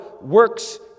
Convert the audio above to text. works